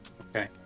Okay